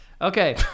Okay